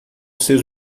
seus